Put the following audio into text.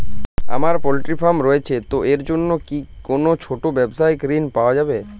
আমার poultry farm রয়েছে তো এর জন্য কি কোনো ছোটো ব্যাবসায়িক ঋণ পাওয়া যাবে?